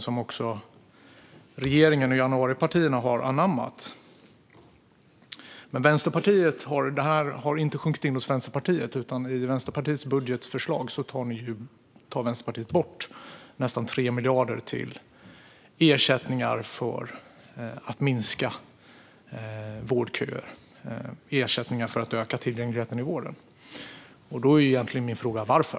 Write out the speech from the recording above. Detta är även något som regeringen och januaripartierna har anammat. Det här har dock inte sjunkit in hos Vänsterpartiet. I Vänsterpartiets budgetförslag tar man bort nästan 3 miljarder från ersättningar för att minska vårdköer. Det är ersättningar som ska öka tillgängligheten i vården. Min fråga är: Varför?